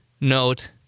note